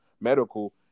medical